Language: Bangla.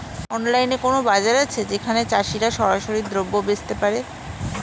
অনলাইনে কোনো বাজার আছে যেখানে চাষিরা সরাসরি দ্রব্য বেচতে পারে?